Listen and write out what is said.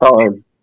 time